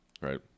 right